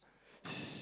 s~